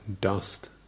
dust